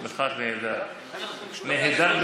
שנייה,